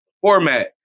format